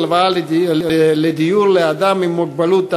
הלוואה לדיור לאדם עם מוגבלות),